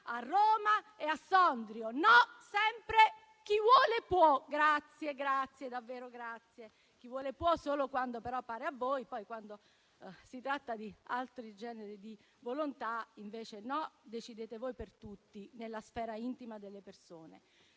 a Roma e a Sondrio. No, è sempre un chi vuole può. Davvero grazie. Chi vuole può solo quando pare a voi; poi, quando si tratta di altri generi di volontà, invece no: decidete voi per tutti nella sfera intima delle persone.